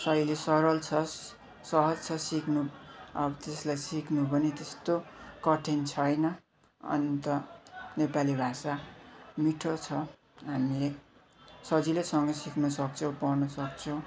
शैली सरल छ सहज छ सिक्नु अब त्यसलाई सिक्नु पनि त्यस्तो कठिन छैन अन्त नेपाली भाषा मिठो छ हामीले सजिलैसँग सिक्नसक्छौँ पढ्नसक्छौँ